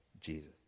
Jesus